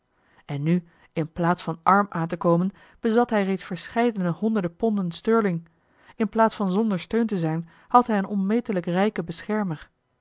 en nu in plaats van arm aan te komen bezat hij reeds verscheidene honderden ponden sterling in plaats van zonder steun te zijn had hij een onmetelijk rijken beschermer